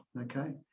okay